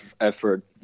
effort